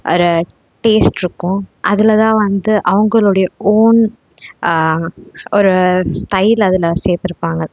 ஒரு டேஸ்ட் இருக்கும் அதில் தான் வந்து அவங்களுடைய ஓன் ஒரு ஸ்டைல் அதில் சேர்த்துருப்பாங்க